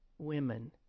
women